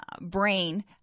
brain